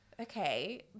Okay